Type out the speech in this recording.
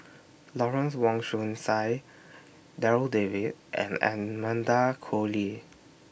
Lawrence Wong Shyun Tsai Darryl David and Amanda Koe Lee